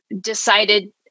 Decided